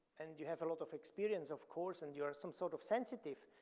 and you have a lot of experience of course and you're some sort of sensitive,